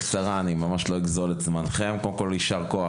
קודם כל ישר כוח,